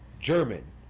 German